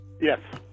yes